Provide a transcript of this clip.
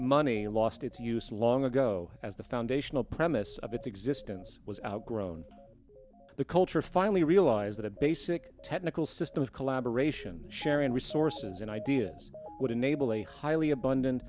and lost its use long ago as the foundational premise of its existence was outgrown the culture finally realize that a basic technical system of collaboration sharing resources and ideas would enable a highly abundant